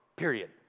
period